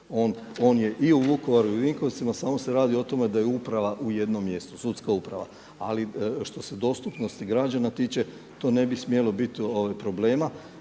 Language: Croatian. on je i u Vukovaru i u Vinkovcima samo se radi o tome da je sudska uprava. Ali što se dostupnosti građana tiče to ne bi smjelo biti problema